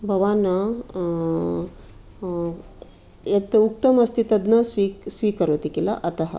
भवान् यत् उक्तम् अस्ति तद् न स्वीकरोति किल अतः